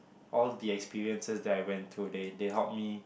all the experiences that I went through they they help me